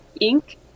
ink